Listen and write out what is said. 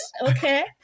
Okay